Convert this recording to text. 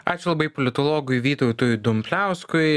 ačiū labai politologui vytautui dumbliauskui